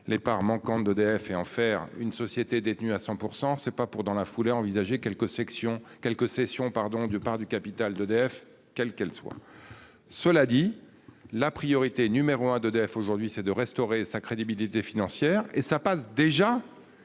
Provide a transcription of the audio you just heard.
les parts manquant d'EDF et en faire une société détenue à 100%, c'est pas pour, dans la foulée envisager quelques sections quelques cessions pardon de parts du capital d'EDF. Quelle qu'elle soit. Cela dit la priorité numéro un d'EDF aujourd'hui, c'est de restaurer sa crédibilité financière et ça passe déjà.